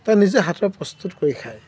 তাক নিজে হাতেৰে প্ৰস্তুত কৰি খায়